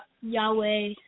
Yahweh